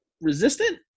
Resistant